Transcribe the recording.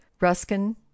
ruskin